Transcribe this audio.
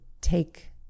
take